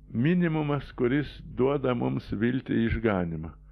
minimumas kuris duoda mums viltį išganymą